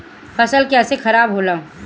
फसल कैसे खाराब होला?